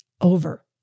over